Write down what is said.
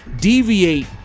deviate